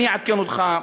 אני אעדכן אותך,